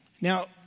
Now